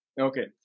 Okay